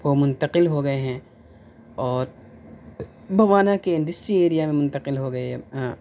وہ منتقل ہوگئے ہیں اور بوانا کے انڈسٹریل ایریا میں منتقل ہوگئے